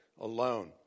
alone